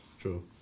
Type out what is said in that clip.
True